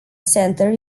centre